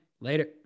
Later